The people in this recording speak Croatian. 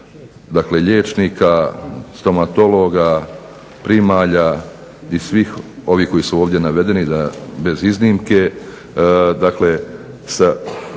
dakle liječnika, stomatologa, primalja i svih ovih koji su ovdje navedeni da bez iznimke sa